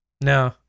No